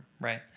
right